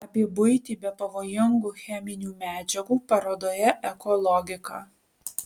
apie buitį be pavojingų cheminių medžiagų parodoje eko logika